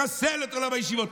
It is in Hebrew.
לחסל את עולם הישיבות.